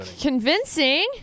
convincing